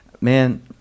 man